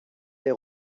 les